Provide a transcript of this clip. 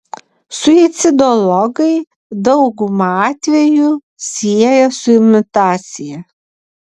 suicidologai daugumą atvejų sieja su imitacija